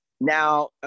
Now